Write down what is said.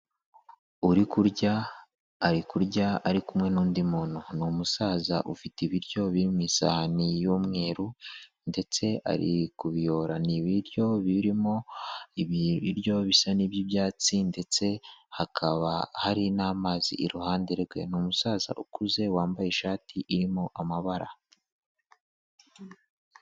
Uri kurya ari kurya ari kumwe n'undi muntu ni umusaza ufite ibiryo biri mu isahani y'umweru ndetse ari kubiyora ni ibiryo birimo ibi biryo bisa n'iby'ibyatsi ndetse hakaba hari n'amazi iruhande rwe ni umusaza ukuze wambaye ishati irimo amabara.